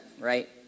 right